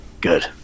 Good